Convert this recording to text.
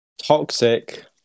toxic